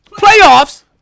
Playoffs